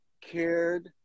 cared